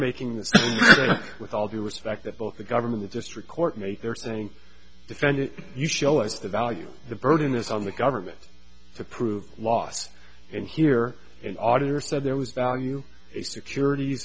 making this with all due respect that both the government the district court make they're saying defendant you show us the value the burden is on the government to prove loss and here an auditor said there was value securit